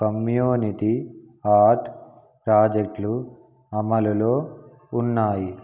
community art ప్రాజెక్టులు అమలులో ఉన్నాయి